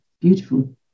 beautiful